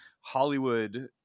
Hollywood